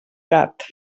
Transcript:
gat